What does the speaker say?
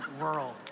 world